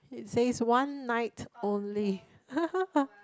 says one night only